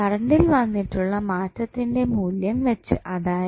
കറണ്ടിൽ വന്നിട്ടുള്ള മാറ്റത്തിൻറെ മൂല്യം വെച്ച് അതായത്